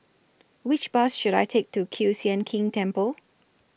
Which Bus should I Take to Kiew Sian King Temple